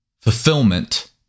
Fulfillment